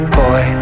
boy